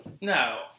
No